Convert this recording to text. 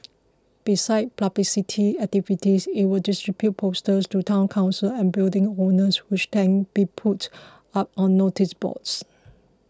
besides publicity activities it will distribute posters to Town Councils and building owners which can be put up on noticeboards